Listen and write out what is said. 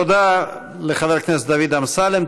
תודה לחבר הכנסת דוד אמסלם.